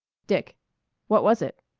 dick what was it?